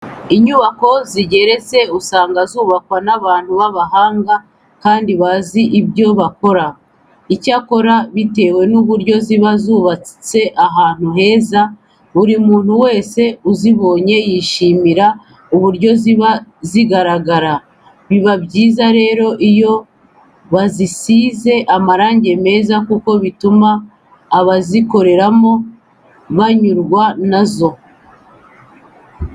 Inyubako zigeretse usanga zubakwa n'abantu b'abahanga kandi bazi ibyo bakora. Icyakora bitewe n'uburyo ziba zubatse ahantu heza, buri muntu wese uzibonye yishimira uburyo ziba zigaragara. Biba byiza rero iyo bazisize amarange meza kuko bituma abazikoreramo banyurwa na zo.